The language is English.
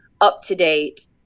up-to-date